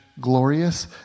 glorious